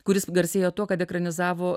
kuris garsėja tuo kad ekranizavo